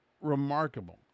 remarkable